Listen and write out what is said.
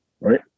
right